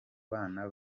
bana